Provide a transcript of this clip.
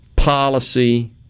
Policy